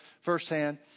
firsthand